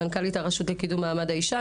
מנכ"לית הרשות לקידום מעמד האישה,